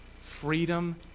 freedom